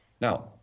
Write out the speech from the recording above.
Now